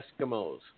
Eskimos